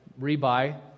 rebuy